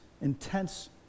intense